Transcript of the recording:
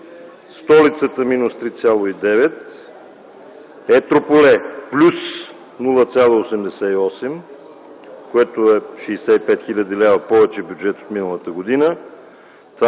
столицата – минус 3,9; Етрополе – плюс 0,88, което е 65 хил. лв. повече бюджет от миналата година.